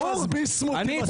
בועז ביסמוט,